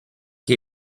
che